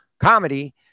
comedy